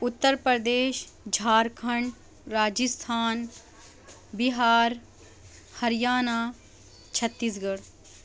اُترپردیش جھارکھنڈ راجستھان بِہار ہریانہ چھتیس گڑھ